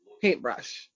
paintbrush